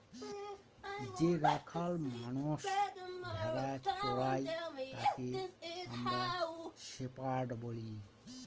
যে রাখাল মানষ ভেড়া চোরাই তাকে আমরা শেপার্ড বলি